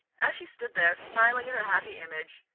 as she stood there, smiling at her happy image,